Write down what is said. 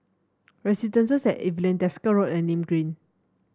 residences at Evelyn Desker Road and Nim Green